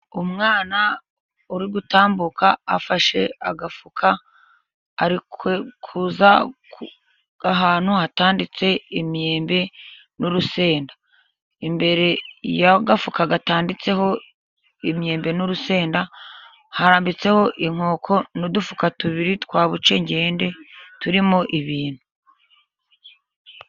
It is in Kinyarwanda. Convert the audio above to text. Umwana uri gutambuka afashe agafuka ari kuza ahantu hatanditse imyembe n'urusenda. Imbere y'agafuka gatanditseho imyembe n'urusenda, harambitseho inkoko n'udufuka tubiri twa buce ngende turimo ibintu.